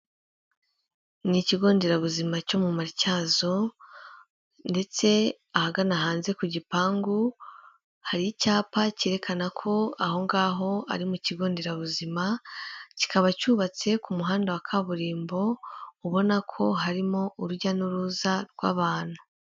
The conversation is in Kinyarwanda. Ni ikigo nderabuzima cyo mu Matyazo ndetse ahagana hanze ku gipangu hari icyapa cyerekana ko aho ngaho ari mu kigo nderabuzima kikaba cyubatse ku muhanda wa kaburimbo ubona ko harimo urujya n'uruza rw'abantu.